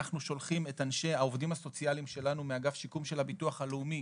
שולחים את העובדים הסוציאליים שלנו מאגף שיקום של הביטוח הלאומי